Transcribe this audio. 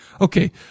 okay